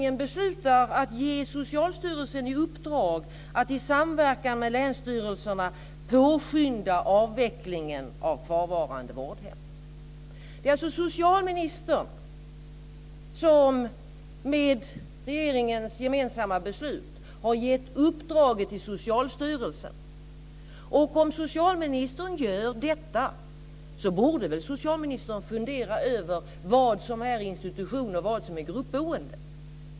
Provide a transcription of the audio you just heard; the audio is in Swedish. Det står att regeringen beslutar att ge Det är alltså socialministern som efter regeringens gemensamma beslut har gett uppdraget till Socialstyrelsen. Om socialministern gör detta borde han fundera över vad som är institution och vad som är gruppboende.